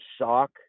shock